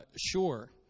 sure